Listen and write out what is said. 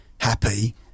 happy